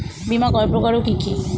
বীমা কয় প্রকার কি কি?